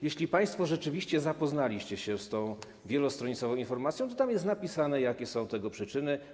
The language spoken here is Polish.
Jeśli państwo rzeczywiście zapoznaliście się z tą wielostronicową informacją, to tam jest napisane, jakie są tego przyczyny.